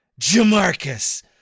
Jamarcus